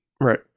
right